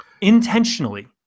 intentionally